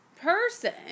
person